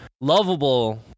lovable